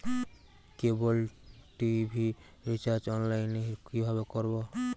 কেবল TV recharge online এ কিভাবে করব?